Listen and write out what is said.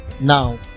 Now